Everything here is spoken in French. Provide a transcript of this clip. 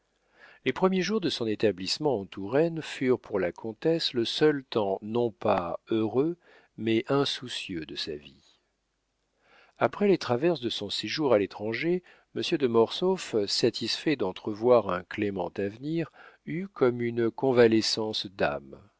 les premiers jours de son établissement en touraine furent pour la comtesse le seul temps non pas heureux mais insoucieux de sa vie après les traverses de son séjour à l'étranger monsieur de mortsauf satisfait d'entrevoir un clément avenir eut comme une convalescence d'âme